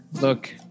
Look